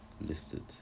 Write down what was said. listed